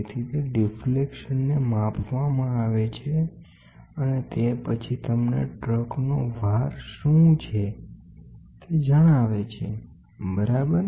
તેથી તે ડિફ્લેક્શન્સને માપવામાં આવે છે અને તે પછી તમને ટ્રકનો ભાર શું છે તે જણાવે છે બરાબર